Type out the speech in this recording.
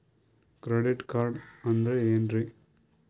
Credit card ಅಂದ್ರ ಏನ್ರೀ?